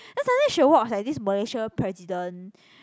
then suddenly will watch like this Malaysia president